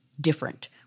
different